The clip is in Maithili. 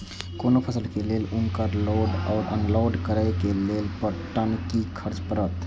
कोनो फसल के लेल उनकर लोड या अनलोड करे के लेल पर टन कि खर्च परत?